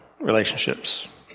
relationships